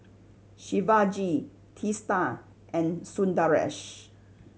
Shivaji Teesta and Sundaresh